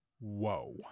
Whoa